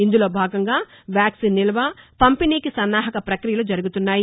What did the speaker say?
ఇందులో భాగంగా వ్యాక్సిన్ నిల్వ పంపిణీకి సన్నాహక ప్రక్రియలు జరుగుతున్నాయి